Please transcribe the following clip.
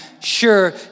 sure